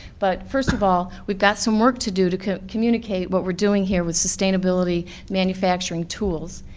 but first of all, we've got some work to do to communicate what we're doing here with sustainability manufacturing tools.